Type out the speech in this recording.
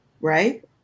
right